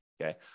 okay